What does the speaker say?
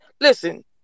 listen